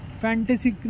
fantasy